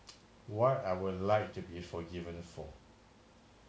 what I would like to be forgiven for